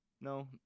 No